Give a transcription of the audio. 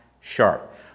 sharp